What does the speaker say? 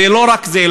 ולא רק זה,